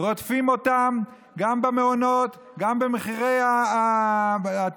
רודפים אותם גם במעונות, גם במחירי המוצרים.